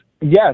yes